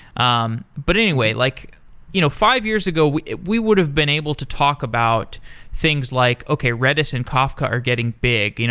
um but anyway, like you know five years ago, we we would have been able to talk about things like, okay, redis and kafka are getting big. you know